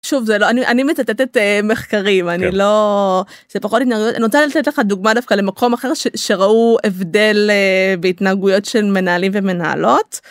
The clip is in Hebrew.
שוב זה לא אני, אני מצטטת מחקרים, אני לא... זה פחות התנהגות, אני רוצה לתת לך דוגמה דווקא למקום אחר שראו הבדל בהתנהגויות של מנהלים ומנהלות.